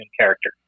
character